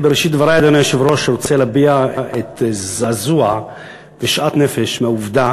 בראשית דברי אני רוצה להביע זעזוע ושאט נפש מהעובדה